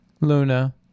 Luna